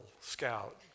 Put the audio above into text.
Scout